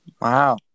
Wow